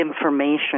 information